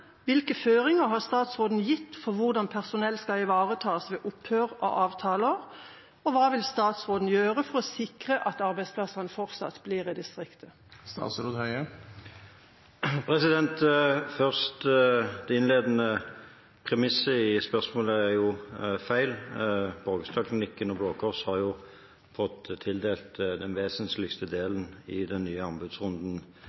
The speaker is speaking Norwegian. hvilke føringer har statsråden gitt for hvordan personell skal ivaretas ved opphør av avtaler, og hva vil statsråden gjøre for å sikre at arbeidsplassene fortsatt blir i distriktet?» Først: Det innledende premisset i spørsmålet er feil. Borgestadklinikken og Blå Kors har jo fått tildelt den